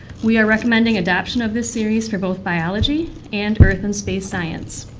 we are recommending adoption of this series for both biology and earth and space science.